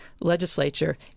legislature